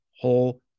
whole